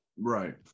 Right